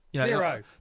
Zero